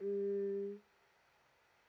mm